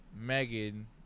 Megan